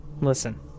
Listen